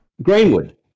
Greenwood